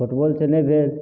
फुटबॉलसँ नहि भेल